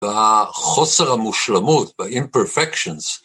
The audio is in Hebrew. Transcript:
בחוסר המושלמות, ב-imperfections.